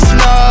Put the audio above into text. no